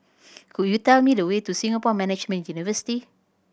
could you tell me the way to Singapore Management University